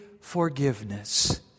forgiveness